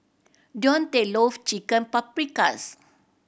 Deontae loves Chicken Paprikas